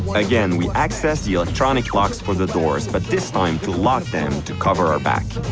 again, we access the electronic box for the doors, but this time to lock them to cover our back.